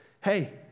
hey